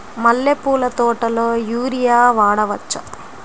మల్లె పూల తోటలో యూరియా వాడవచ్చా?